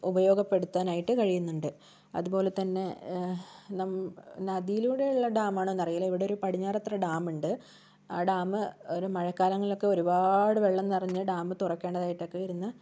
ഉപയോഗപ്പെടുത്താനായിട്ട് കഴിയുന്നുണ്ട് അതുപോലെ തന്നെ നം നദിയിലൂടെയുള്ള ഡാമാണോന്നറിയില്ല ഇവിടെ ഒരു പടിഞ്ഞാറേക്കര ഡാമുണ്ട് ആ ഡാമ് ഒരു മഴക്കാലങ്ങളിലൊക്കെ ഒരുപാട് വെള്ളം നിറഞ്ഞു ഡാമ് തുറക്കേണ്ടതായിട്ടൊക്കെ വരുന്ന